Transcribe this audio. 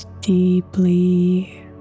deeply